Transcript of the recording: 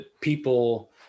people